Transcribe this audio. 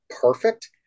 perfect